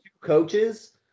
coaches